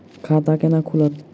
खाता केना खुलत?